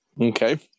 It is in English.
Okay